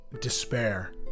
despair